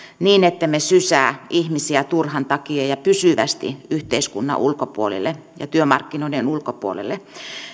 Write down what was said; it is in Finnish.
niin ettemme sysää ihmisiä turhan takia ja pysyvästi yhteiskunnan ulkopuolelle ja työmarkkinoiden ulkopuolelle